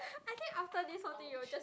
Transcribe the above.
I bet after this whole thing you will just